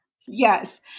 Yes